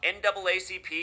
NAACP